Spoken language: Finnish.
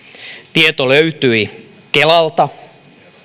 tieto löytyi kelalta